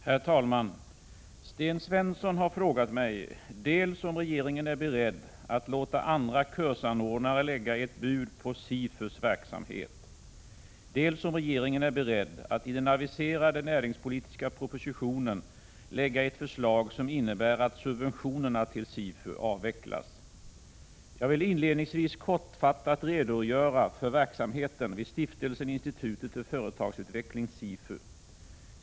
Herr talman! Sten Svensson har frågat mig dels om regeringen är beredd att låta andra kursanordnare lägga ett bud på SIFU:s verksamhet, dels om regeringen är beredd att i den aviserade näringspolitiska propositionen lägga fram ett förslag som innebär att subventionerna till SIFU avvecklas. Jag vill inledningsvis kortfattat redogöra för verksamheten vid Stiftelsen Institutet för företagsutveckling .